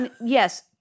yes